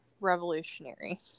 revolutionary